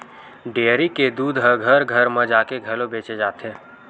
dairy के दूद ह घर घर म जाके घलो बेचे जाथे